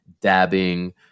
dabbing